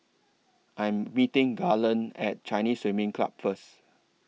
I Am meeting Garland At Chinese Swimming Club First